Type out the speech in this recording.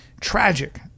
Tragic